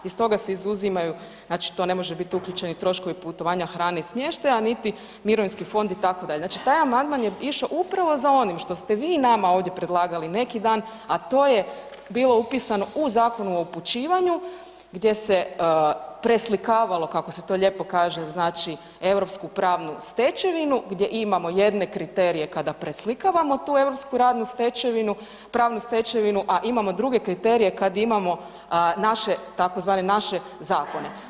Iz toga se izuzimaju, znači to ne može biti uključeni troškovi putovanja, hrane i smještaja niti mirovinski fond itd., znači taj amandman je išao upravo za onim što ste vi nama ovdje predlagali neki dan, a to je bilo upisano u Zakonu o upućivanju gdje se preslikavalo kako se to lijepo kaže znači europsku pravnu stečevinu gdje imamo jedne kriterije kada preslikavamo tu europsku radnu stečevinu, pravnu stečevinu, a imamo druge kriterije kad imamo naše tzv. naše zakone.